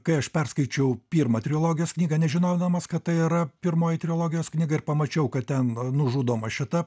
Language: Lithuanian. kai aš perskaičiau pirmą trilogijos knygą nežinodamas kad tai yra pirmoji trilogijos knyga ir pamačiau kad ten nužudoma šita